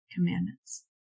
commandments